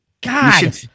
God